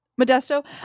Modesto